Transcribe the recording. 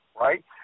right